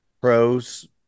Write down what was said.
pros